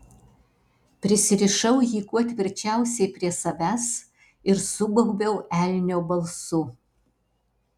prisirišau jį kuo tvirčiausiai prie savęs ir subaubiau elnio balsu